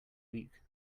week